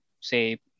say